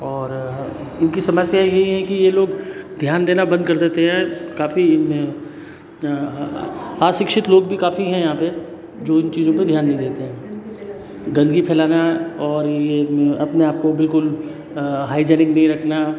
और इनकी समस्या यही है की यह लोग ध्यान देना बंद कर देते हैं काफी अशिक्षित लोग भी काफी है यहाँ पर जो इन चीज़ों पर ध्यान नहीं देते हैं गंदगी फैलाना और यह अपने आपको बिल्कुल हाइजीनिक नहीं रखना